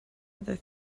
other